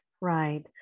Right